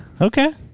okay